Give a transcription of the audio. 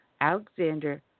Alexander